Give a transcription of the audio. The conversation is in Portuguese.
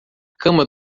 cama